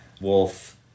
wolf